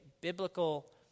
biblical